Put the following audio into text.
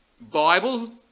Bible